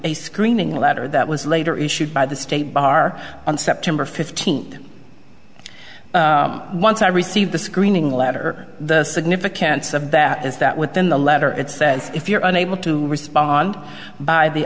a screening letter that was later issued by the state bar on september fifteenth once i receive the screening letter the significance of that is that within the letter it says if you're unable to respond by the